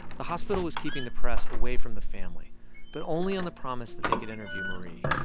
the hospital was keeping the press away from the family but only on the promise that they could interview marie.